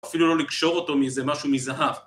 אפילו לא לקשור אותו מזה, משהו מזהב.